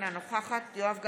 אינה נוכחת יואב גלנט,